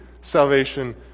salvation